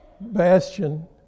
bastion